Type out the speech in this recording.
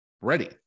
ready